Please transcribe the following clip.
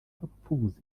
abapfubuzi